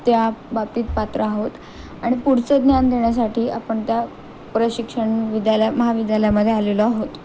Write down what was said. त्या बाबतीत पात्र आहोत आणि पुढचं ज्ञान देण्यासाठी आपण त्या प्रशिक्षण विद्यालय महाविद्यालयामध्ये आलेले आहोत